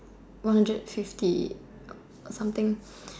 one hundred fifty or something